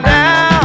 now